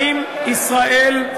האם ישראל, אתם,